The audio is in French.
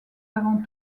avant